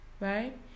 right